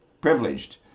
privileged